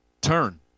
Turn